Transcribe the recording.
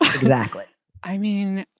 exactly i mean,